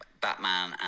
Batman